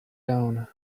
down